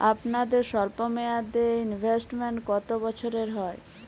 আপনাদের স্বল্পমেয়াদে ইনভেস্টমেন্ট কতো বছরের হয়?